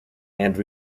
and